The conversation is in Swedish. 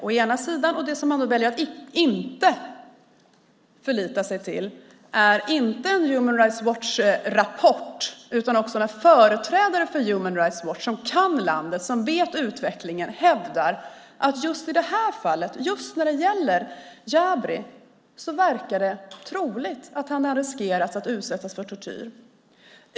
Det som han väljer att inte förlita sig på är inte bara en Human Rights Watch-rapport utan också de företrädare för Human Rights Watch som kan landet och känner till utvecklingen och som hävdar att just i fallet Jabri verkar det troligt att han riskerar att utsättas för tortyr.